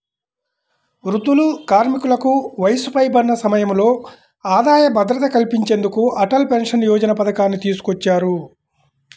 వృద్ధులు, కార్మికులకు వయసు పైబడిన సమయంలో ఆదాయ భద్రత కల్పించేందుకు అటల్ పెన్షన్ యోజన పథకాన్ని తీసుకొచ్చారు